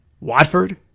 Watford